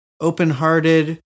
open-hearted